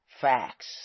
facts